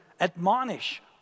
admonish